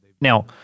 Now